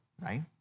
right